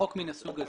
לחוק מן הסוג הזה,